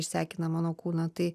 išsekina mano kūną tai